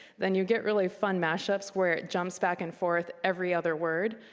then you get really fun mashups where it jumps back and forth every other word.